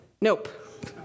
Nope